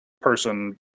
person